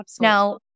Now